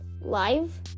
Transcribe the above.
Live